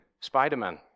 Spider-Man